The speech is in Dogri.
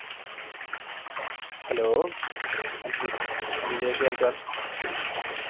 हैल्लो हां जी भा हां जी भैया केह् हाल चाल